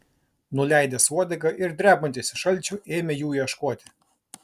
nuleidęs uodegą ir drebantis iš šalčio ėmė jų ieškoti